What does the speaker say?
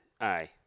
Aye